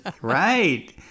Right